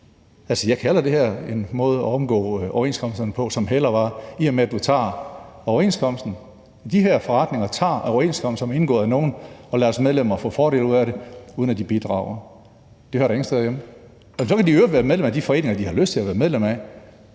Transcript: Jeg kalder den her måde at omgå overenskomsterne på for hælervarer, i og med at de her forretninger tager overenskomster, som er indgået af nogle andre, og lader deres medlemmer få fordel af det, uden at de bidrager. Det hører da ingen steder hjemme. Så må de i øvrigt være medlem af de foreninger, de har lyst til at være medlem af,